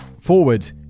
forward